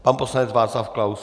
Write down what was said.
Pan poslanec Václav Klaus.